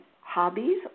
hobbies